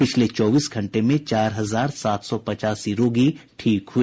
पिछले चौबीस घंटे में चार हजार सात सौ पचासी रोगी ठीक हुए